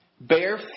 Bear